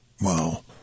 Wow